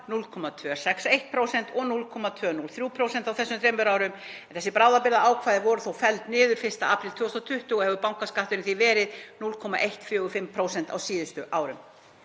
0,261% og 0,203% á þessum þremur árum. Þessi bráðabirgðaákvæði voru þó felld niður 1. apríl 2020 og hefur bankaskatturinn því verið 0,145% á síðustu árum.